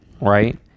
right